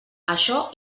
això